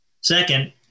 Second